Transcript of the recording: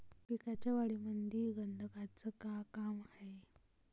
पिकाच्या वाढीमंदी गंधकाचं का काम हाये?